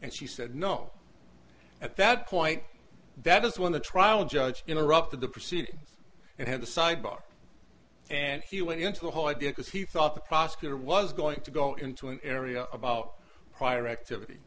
and she said no at that point that is when the trial judge interrupted the proceedings and had a sidebar and he went into the whole idea because he thought the prosecutor was going to go into an area about prior activity